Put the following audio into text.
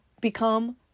become